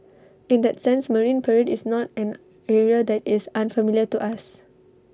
in that sense marine parade is not an area that is unfamiliar to us